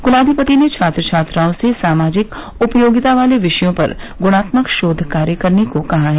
कुलाधिपति ने छात्र छात्राओं से सामाजिक उपयोगिता वाले विषयों पर गुणात्मक शोध कार्य करने को कहा है